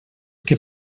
que